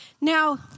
Now